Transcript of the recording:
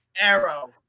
Arrow